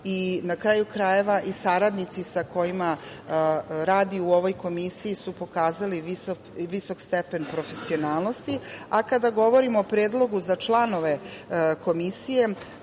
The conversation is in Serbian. kraju krajeva i saradnici sa kojima radi u ovoj Komisiji su pokazali visok stepen profesionalnosti, a kada govorimo o predlogu za članove Komisije,